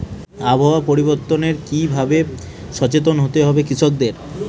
আবহাওয়া পরিবর্তনের কি ভাবে সচেতন হতে হবে কৃষকদের?